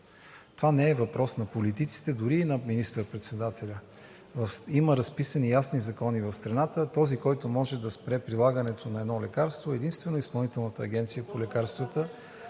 Това не е въпрос на политиците, дори и на министър-председателя. Има разписани ясни закони в страната – този, който може да спре прилагането на едно лекарство, е единствено Изпълнителната агенцията по лекарствата